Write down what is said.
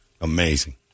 Amazing